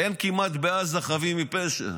כמעט אין בעזה חפים מפשע,